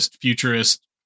futurist